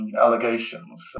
allegations